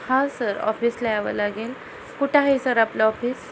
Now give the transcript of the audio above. हा सर ऑफिसला यावं लागेल कुठं आहे सर आपलं ऑफिस